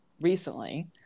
recently